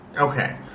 Okay